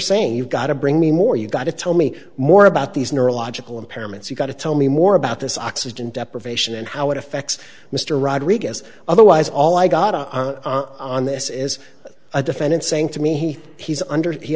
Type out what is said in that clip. saying you've got to bring me more you've got to tell me more about these neurological impairments you got to tell me more about this oxygen deprivation and how it effects mr rodriguez otherwise all i got on this is a defendant saying to me he he